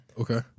okay